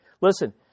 Listen